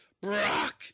Brock